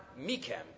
mikem